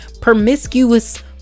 Promiscuous